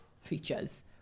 features